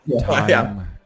Time